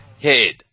head